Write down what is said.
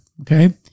Okay